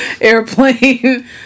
airplane